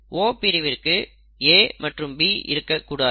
O பிரிவிற்கு A மற்றும் B இருக்க கூடாது